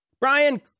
brian